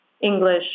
English